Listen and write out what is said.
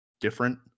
different